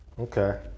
okay